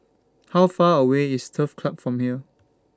How Far away IS Turf Ciub Road from here